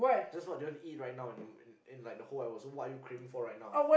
just what do you wanna eat right now in the in like the whole wide world so what are you craving for right now